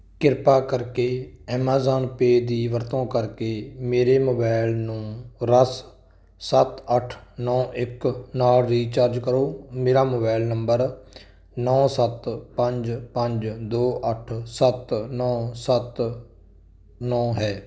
ਕਿਰਪਾ ਕਰਕੇ Amazon Pay ਦੀ ਵਰਤੋਂ ਕਰਕੇ ਮੇਰੇ ਮੋਬਾਈਲ ਨੂੰ ਰਸ ਸੱਤ ਅੱਠ ਨੌਂ ਇੱਕ ਨਾਲ ਰੀਚਾਰਜ ਕਰੋ ਮੇਰਾ ਮੋਬਾਈਲ ਨੰਬਰ ਨੌਂ ਸੱਤ ਪੰਜ ਪੰਜ ਦੋ ਅੱਠ ਸੱਤ ਨੌਂ ਸੱਤ ਨੌਂ ਹੈ